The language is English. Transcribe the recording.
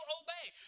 obey